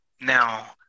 now